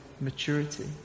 maturity